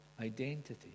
identity